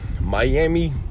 Miami